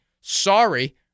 Sorry